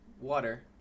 Water